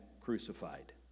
crucified